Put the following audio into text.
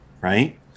right